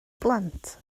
blant